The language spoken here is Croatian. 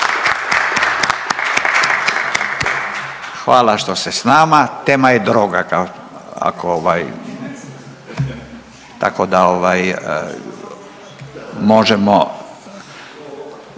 Hvala što ste s nama, tema je droga, ako ovaj,